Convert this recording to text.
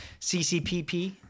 CCPP